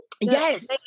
yes